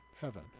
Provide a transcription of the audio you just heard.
heaven